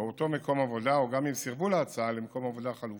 באותו מקום עבודה או גם אם סירבו להצעה למקום עבודה חלופי.